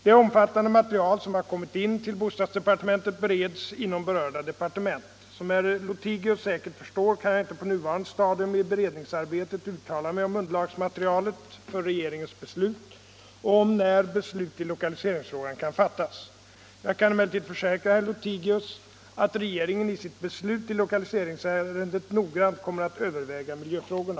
Det omfattande material som har kommit in till bostadsdepartementet bereds inom berörda departement. Som herr Lothigius säkert förstår kan jag inte på nuvarande stadium i beredningsarbetet uttala mig om underlagsmaterialet för regeringens beslut och om när beslut i lokaliseringsfrågan kan fattas. Jag kan emellertid försäkra herr Lothigius att regeringen i sitt beslut i lokaliseringsärendet noggrant kommer att överväga miljöfrågorna.